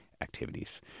activities